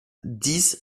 dix